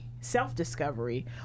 self-discovery